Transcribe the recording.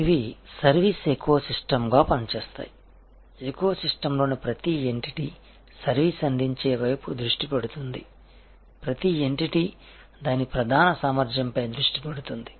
ఇవి సర్వీస్ ఎకోసిస్టమ్స్గా పనిచేస్తాయి ఎకోసిస్టమ్లోని ప్రతి ఎంటిటీ సర్వీస్ అందించే వైపు దృష్టి పెడుతుంది ప్రతి ఎంటిటీ దాని ప్రధాన సామర్థ్యంపై దృష్టి పెడుతుంది